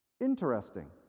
Interesting